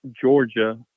Georgia